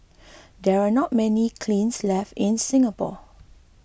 there are not many kilns left in Singapore